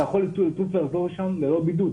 אתה יכול לחזור משם ללא בידוד.